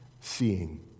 seeing